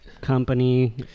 company